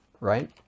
right